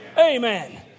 Amen